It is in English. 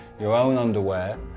your own underwear